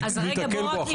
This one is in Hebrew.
ניתקל בו אחר כך.